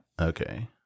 Okay